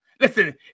listen